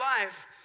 life